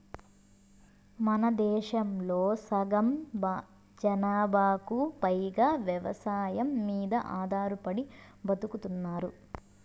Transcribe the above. మనదేశంలో సగం జనాభాకు పైగా వ్యవసాయం మీద ఆధారపడి బతుకుతున్నారు